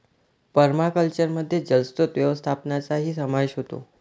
पर्माकल्चरमध्ये जलस्रोत व्यवस्थापनाचाही समावेश होतो